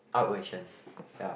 out rations ya